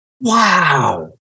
Wow